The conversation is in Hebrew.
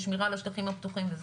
שמירה על השטחים פתוחים וזה?